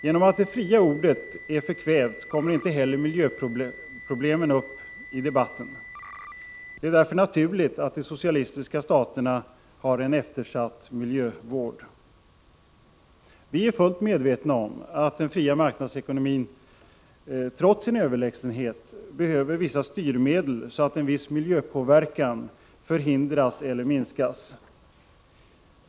Genom att det fria ordet är förkvävt kommer inte heller miljöproblem upp i debatten. Det är därför naturligt att de socialistiska staterna har en eftersatt miljövård. Vi är fullt medvetna om att den fria marknadsekonomin trots sin överlägsenhet behöver vissa styrmedel, så att en viss miljöpåverkan förhindras eller minskas.